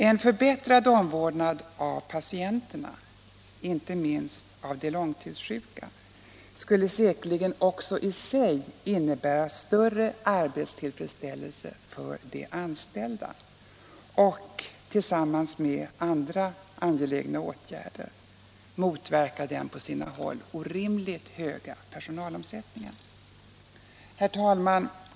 En förbättrad omvårdnad om patienterna — inte minst de långtidssjuka — skulle säkerligen också i sig innebära större arbetstillfredsställelse för de anställda och — tillsammans med andra angelägna åtgärder — motverka den på många håll orimligt höga personalomsättningen. Herr talman!